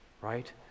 right